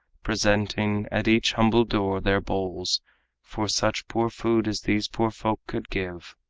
presenting at each humble door their bowls for such poor food as these poor folk could give.